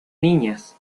niñas